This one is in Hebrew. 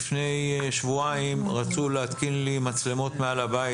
לפני שבועיים רצו להתקין לי מצלמות מעל הבית